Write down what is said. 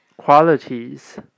qualities